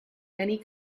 many